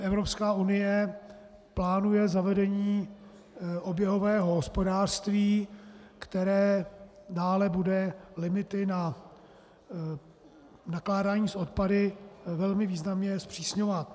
Evropská unie plánuje zavedení oběhového hospodářství, které dále bude limity na nakládání s odpady velmi významně zpřísňovat.